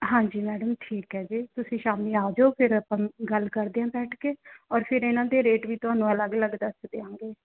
ਹਾਂਜੀ ਮੈਡਮ ਠੀਕ ਹੈ ਜੀ ਤੁਸੀਂ ਸ਼ਾਮੀ ਆ ਜਾਉ ਫਿਰ ਆਪਾਂ ਗੱਲ ਕਰਦੇ ਹਾਂ ਬੈਠ ਕੇ ਅੋਰ ਫਿਰ ਇਨ੍ਹਾਂ ਦੇ ਰੇਟ ਵੀ ਤੁਹਾਨੂੰ ਅਲੱਗ ਅਲੱਗ ਦੱਸ ਦਿਆਂਗੇ